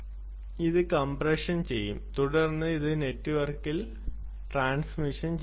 അത് കംപ്രഷൻ ചെയ്യും തുടർന്ന് അത് നെറ്റ്വർക്കിൽ ട്രാൻസ്മിഷൻ ചെയ്യും